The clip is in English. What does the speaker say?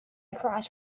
across